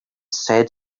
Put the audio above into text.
said